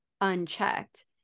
unchecked